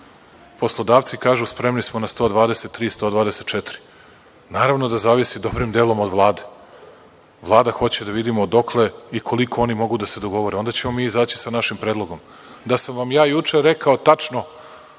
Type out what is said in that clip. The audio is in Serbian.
Poslodavci kažu – spremni smo na 123-124. Naravno da zavisi dobrim delom od Vlade. Vlada hoće da vidimo dokle i koliko oni mogu da se dogovore. Onda ćemo mi izaći sa našim predlogom. Da sam vam ja juče rekao tačno